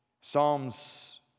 Psalms